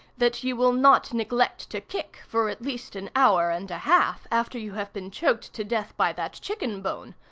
that you will not neglect to kick for at least an hour and a half after you have been choked to death by that chicken-bone.